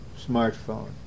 smartphone